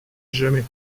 jamais